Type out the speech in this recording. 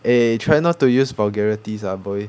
eh try not to use vulgarities ah boy